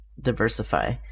diversify